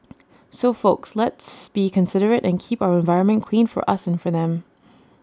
so folks let's be considerate and keep our environment clean for us and for them